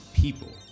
people